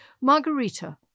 Margarita